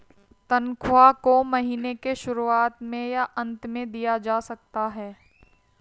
तन्ख्वाह को महीने के शुरुआत में या अन्त में दिया जा सकता है